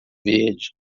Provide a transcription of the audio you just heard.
verde